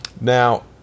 Now